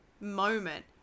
moment